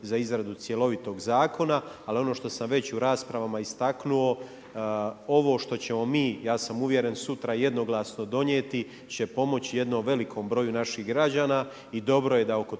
za izradu cjelovitog zakona. Ali ono što sam već u raspravama istaknuto, ovo što ćemo mi ja sam uvjeren sutra jednoglasno donijeti će pomoći jednom velikom broju naših građana i dobro da oko